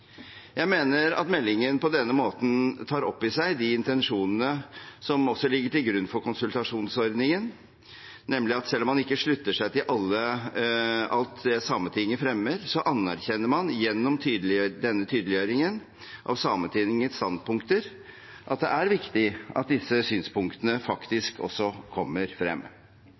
Jeg mener meldingen på denne måten tar opp i seg de intensjonene som ligger til grunn for konsultasjonsordningen, nemlig at selv om man ikke slutter seg til alt Sametinget fremmer, så anerkjenner man gjennom denne tydeliggjøringen av Sametingets standpunkter at det er viktig at disse synspunktene faktisk kommer frem.